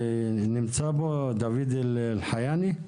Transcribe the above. נמצא פה דוד אלחייני מהשלטון האזורי,